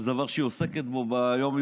זה דבר שהיא עוסקת בו ביום-יום,